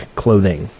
clothing